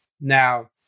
Now